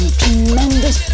tremendous